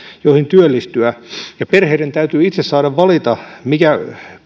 joihin työllistyä ja perheiden täytyy itse saada valita mikä